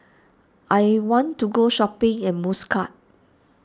I want to go shopping in Muscat